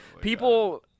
people